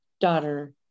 daughter